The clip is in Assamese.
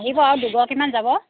আহিব আৰু দুগৰাকীমান যাব